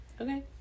okay